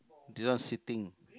this one sitting